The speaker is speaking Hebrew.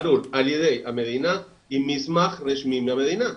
ברור, על ידי המדינה עם מסמך רשמי מהמדינה.